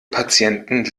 patienten